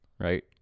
right